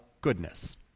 goodness